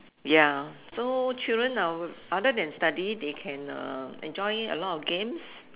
ya so children are other than study they can um enjoy a lot of games